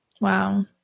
wow